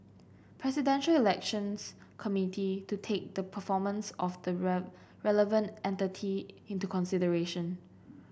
Presidential Elections Committee to take the performance of the relevant entity into consideration